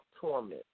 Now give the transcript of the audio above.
torment